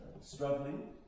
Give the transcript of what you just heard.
struggling